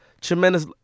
tremendous